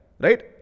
right